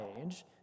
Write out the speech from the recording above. age